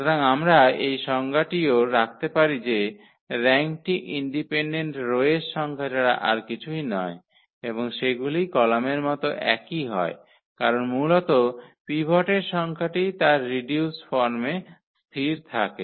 সুতরাং আমরা এই সংজ্ঞাটিও রাখতে পারি যে র্যাঙ্কটি ইন্ডিপেন্ডেন্ট রো এর সংখ্যা ছাড়া আর কিছুই নয় এবং সেগুলি কলামের মত একই হয় কারণ মূলত পিভটের সংখ্যাটি তার রিডিউস ফর্মে স্থির থাকে